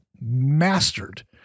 mastered